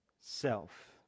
self